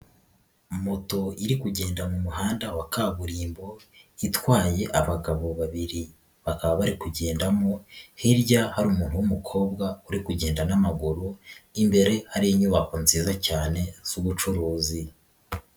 Moto iri kugenda mu muhanda wa kaburimbo itwaye abagabo babiri, bakaba bari kugendamo hirya hari umuntu w'umukobwa uri kugenda n'amaguru, imbere hari inyubako nziza cyane z'ubucuruzi.